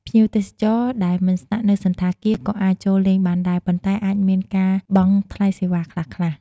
ភ្ញៀវទេសចរដែលមិនស្នាក់នៅសណ្ឋាគារ ក៏អាចចូលលេងបានដែរ ប៉ុន្តែអាចមានការបង់ថ្លៃសេវាខ្លះៗ។